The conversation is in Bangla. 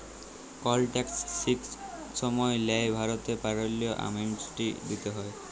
কল ট্যাক্স ঠিক সময় লায় ভরতে পারল্যে, অ্যামনেস্টি দিতে হ্যয়